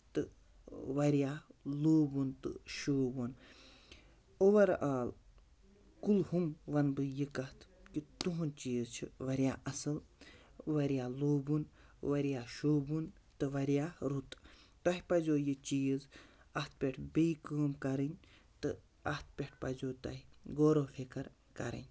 تہٕ واریاہ لوٗبوُن تہٕ شوٗبوُن اوٚوَرآل کُلہُم وَنہٕ بہٕ یہِ کَتھ کہِ تُہُنٛد چیٖز چھُ واریاہ اَصٕل واریاہ لوٗبوُن واریاہ شوٗبوُن تہٕ واریاہ رُت تۄہہِ پَزیوٚ یہِ چیٖز اَتھ پٮ۪ٹھ بیٚیہِ کٲم کَرٕنۍ تہٕ اَتھ پٮ۪ٹھ پزیوٚ تۄہہِ غور و فِکٕر کَرٕنۍ